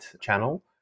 channel